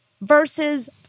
versus